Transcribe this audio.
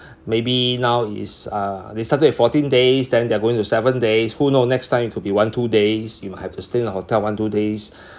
maybe now it's uh they started with fourteen days then they are going to seven days who know next time it could be one two days you might have to stay in hotel one two days